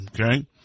Okay